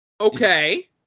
Okay